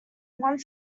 want